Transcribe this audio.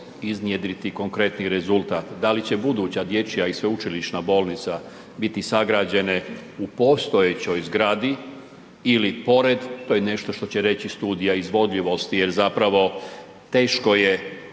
iznjedriti konkretni rezultat. Da li će buduća dječja i sveučilišna bolnica biti sagrađene u postojećoj zgradi ili pored to je nešto što će reći studija izvodljivosti jer zapravo je